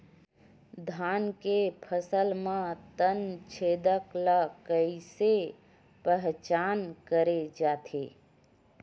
धान के फसल म तना छेदक ल कइसे पहचान करे जाथे?